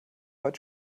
heute